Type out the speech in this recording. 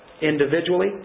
individually